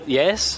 yes